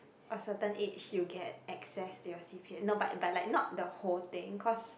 a certain age you get access to your C_P_F no but but like not the whole thing cause